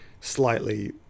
slightly